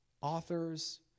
authors